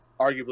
arguably